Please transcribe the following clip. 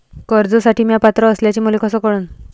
कर्जसाठी म्या पात्र असल्याचे मले कस कळन?